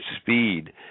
speed